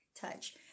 touch